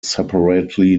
separately